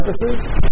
purposes